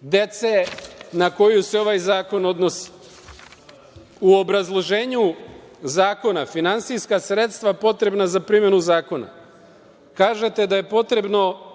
dece na koju se ovaj zakon odnosi?U obrazloženju zakona finansijska sredstva potrebna za primenu zakona. Kažete da je potrebno